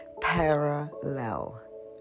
parallel